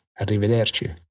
Arrivederci